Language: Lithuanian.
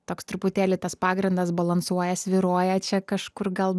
toks truputėlį tas pagrindas balansuoja svyruoja čia kažkur gal